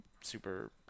super